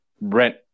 rent